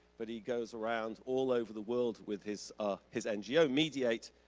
but he goes around all over the world with his ah his ngo mediate.